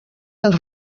els